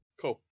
Cool